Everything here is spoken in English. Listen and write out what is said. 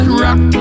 rock